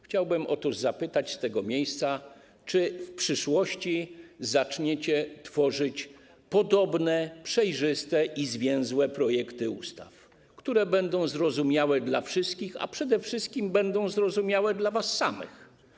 Chciałbym zapytać z tego miejsca, czy w przyszłości zaczniecie tworzyć podobne przejrzyste i zwięzłe projekty ustaw, które będą zrozumiałe dla wszystkich, a przede wszystkim będą zrozumiałe dla was samych.